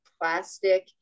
plastic